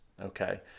okay